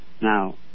Now